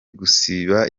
gusiba